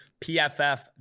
PFF